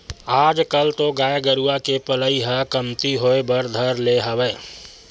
आजकल तो गाय गरुवा के पलई ह कमती होय बर धर ले हवय